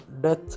death